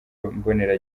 mbonera